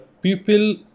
people